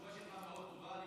התשובה שלך מאוד טובה.